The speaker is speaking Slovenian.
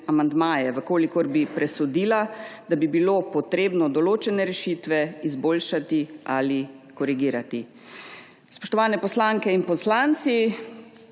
če bi presodila, da bi bilo potrebno določene rešitve izboljšati ali korigirati. Spoštovane poslanke in poslanci!